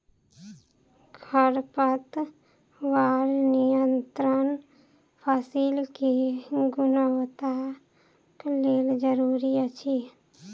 खरपतवार नियंत्रण फसील के गुणवत्ताक लेल जरूरी अछि